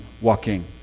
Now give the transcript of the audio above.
walking